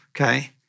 Okay